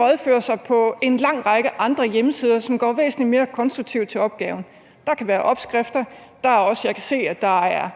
rådfører sig på en lang række andre hjemmesider, som går væsentlig mere konstruktivt til opgaven. Der kan være opskrifter. Og jeg kan se, at der er